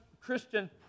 Christian